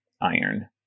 iron